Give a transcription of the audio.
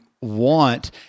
want